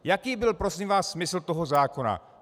Jaký byl prosím vás smysl toho zákona?